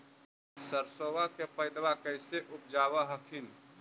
सरसोबा के पायदबा कैसे उपजाब हखिन?